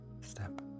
step